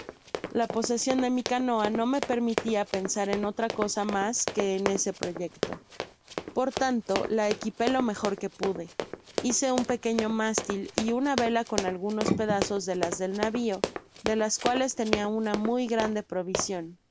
la posesion de mi canoa no me permitía pensar en otra cosa mas que en ese proyecto pur tanto la equipé lo mejor que pude hice un pequeño mástil y una vela con algunos pedazos de las del navio de las cuales tenia una muy grande provision